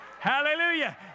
Hallelujah